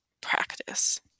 practice